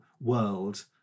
world